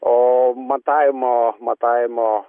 o matavimo matavimo